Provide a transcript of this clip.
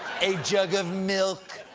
a jug of mead,